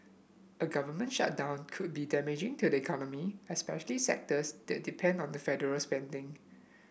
a government shutdown could be damaging to the economy especially sectors that depend on the federal spending